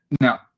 Now